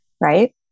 right